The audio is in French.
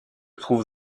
trouve